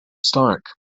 stark